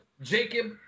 Jacob